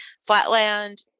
Flatland